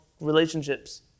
relationships